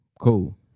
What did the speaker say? Cool